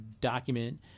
document